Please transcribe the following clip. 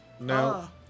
No